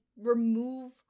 remove